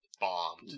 bombed